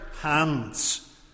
hands